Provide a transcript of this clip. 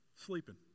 Sleeping